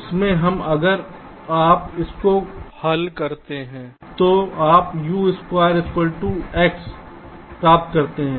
इससे हम अगर आप इसको कल करते हैं तो आप U2 X प्राप्त करते हैं